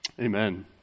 Amen